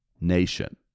nation